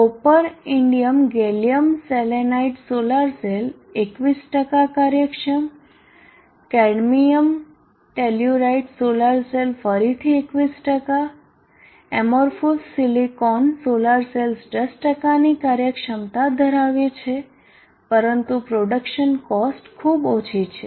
copper indium gallium selenide solar cell 21 કાર્યક્ષમ cadmium telluride solar cell ફરીથી 21 amorphous silicon solar cells 10 ની કાર્યક્ષમતા ધરાવે છે પરંતુ પ્રોડક્શન કોસ્ટ ખુબ ઓછી છે